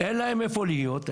אין להם איפה להיות,